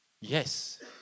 yes